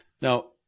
Now